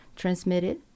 transmitted